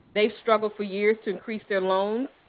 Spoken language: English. they've struggled for years to increase their loans.